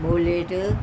wallet